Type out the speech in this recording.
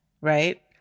right